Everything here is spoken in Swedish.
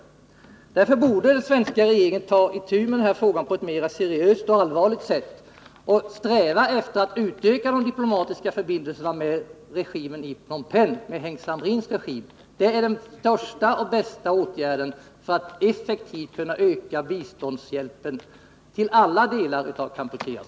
Med hänsyn till dessa förhållanden borde den svenska regeringen ta itu med den här frågan på ett mer seriöst sätt och sträva efter att utöka de diplomatiska förbindelserna med Heng Samrin-regimen i Phnom Penh. Det är den bästa åtgärden för att effektivt öka biståndet till hela det kampucheanska folket.